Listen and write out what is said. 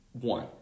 one